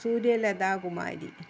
Suryalatha Kumari